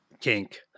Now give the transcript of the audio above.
kink